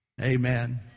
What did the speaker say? Amen